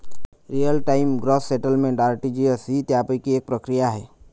real time gross settlement RTGS ही त्यापैकी एक प्रक्रिया आहे